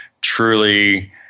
truly